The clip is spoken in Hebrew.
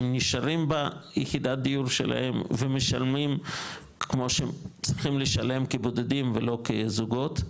נשארים ביחידת דיור שלהם ומשלמים כמו שהם צריכים לשלם כבודדים ולא כזוגות,